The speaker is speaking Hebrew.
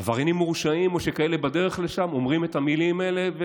עבריינים מורשעים או כאלה שבדרך לשם אומרים את המילים האלה,